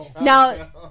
Now